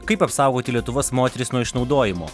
kaip apsaugoti lietuvos moteris nuo išnaudojimo